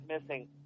missing